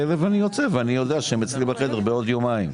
ואז אני יודע שהם אצלי בחדר בעוד יומיים.